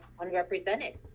unrepresented